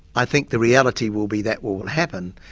i think the reality will be that will will happen,